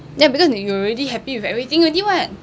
ya because you are already happy with everything already [what]